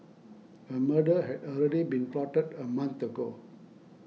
a murder had already been plotted a month ago